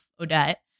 Odette